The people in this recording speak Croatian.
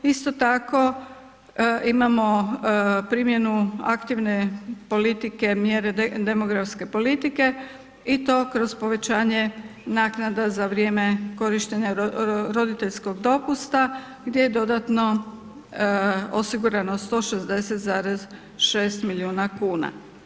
Isto tako imamo primjenu aktivne politike mjere demografske politike i to kroz povećanje naknada za vrijeme korištenja roditeljskog dopusta gdje je dodatno osigurano 160,6 milijuna kuna.